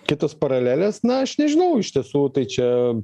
kitos paralelės na aš nežinau iš tiesų tai čia